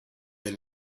they